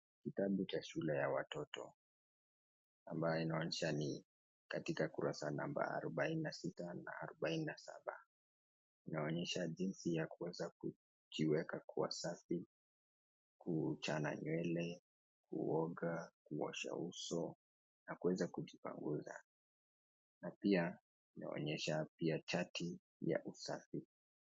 Kitabu Cha shule ya watoto amabaye inaonyesha ni katikati kurasa la arubaini na sita na arubaini na saba inaonyesha jinsi ya kujiweka kua safi kuchana nywele, kuoga ,kuosha uso na kuweza kujipanguza na pia inaonyesha pia chati ya usafi